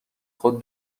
خود